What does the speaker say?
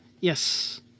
Yes